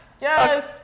yes